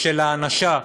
של הענשה,